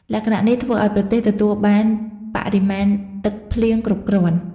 លក្ខណៈនេះធ្វើឱ្យប្រទេសទទួលបានបរិមាណទឹកភ្លៀងគ្រប់គ្រាន់។